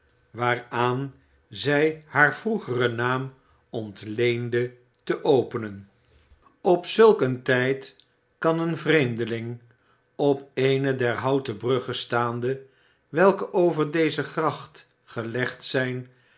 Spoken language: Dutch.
waaraan zij haar vroegeren naam ontleende te openen op zulk een tijd kan een vreemdeling op eene der houten bruggen staande welke over deze gracht gelegd zijn